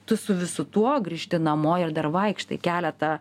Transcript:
tu su visu tuo grįžti namo ir dar vaikštai keletą